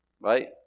Right